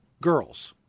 girls